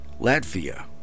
Latvia